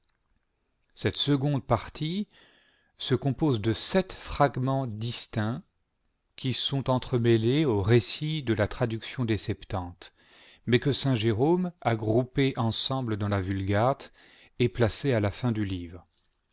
cette seconde partie se compose de sept fragments distincts qui sont entremêlés au récit dans la traduction des septante mais que saint jérôme a groupés ensemble dans la vulgate et placés à la fin du livre